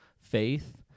faith